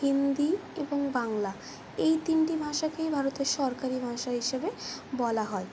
হিন্দি এবং বাংলা এই তিনটি ভাষাকেই ভারতের সরকারি ভাষা হিসেবে বলা হয়